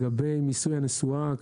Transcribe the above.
לגבי מיסוי הנסועה,